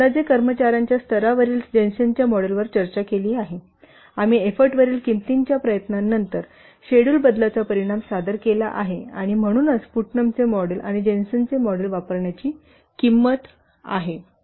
आम्ही अंदाजे कर्मचार्यांच्या स्तरावरील जेन्सेनच्या मॉडेलवर देखील चर्चा केली आहे आम्ही एफ्फोर्टवरील किंमतीच्या प्रयत्नांवर शेड्युल बदलाचा परिणाम सादर केला आहे आणि म्हणूनच पुटनमचे मॉडेल आणि जेन्सेनचे मॉडेल वापरण्याची किंमत आहे